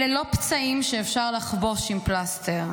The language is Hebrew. אלה לא פצעים שאפשר לחבוש עם פלסטר.